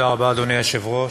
תודה רבה, אדוני היושב-ראש.